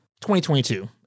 2022